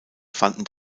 fanden